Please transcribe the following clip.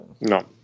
No